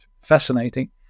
fascinating